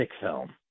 film